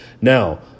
Now